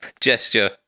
gesture